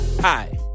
Hi